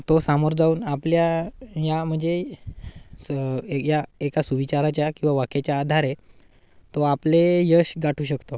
तो समोर जाऊन आपल्या या म्हणजे स ए या एका सुविचाराच्या किंवा वाक्याच्याआधारे तो आपले यश गाठू शकतो